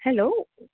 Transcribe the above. hello